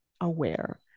aware